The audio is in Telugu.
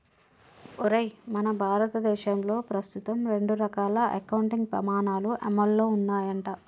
ఒరేయ్ మన భారతదేశంలో ప్రస్తుతం రెండు రకాల అకౌంటింగ్ పమాణాలు అమల్లో ఉన్నాయంట